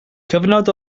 cyfnod